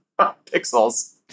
Pixels